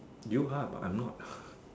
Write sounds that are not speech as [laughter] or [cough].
you are but I'm not [laughs]